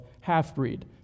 half-breed